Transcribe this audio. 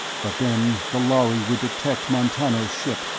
but then the lhari would detect montano's ship,